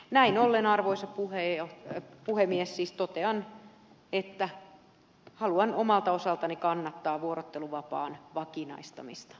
näin ollen arvoisa puhemies totean että haluan omalta osaltani kannattaa vuorotteluvapaan vakinaistamista